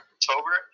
October